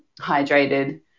hydrated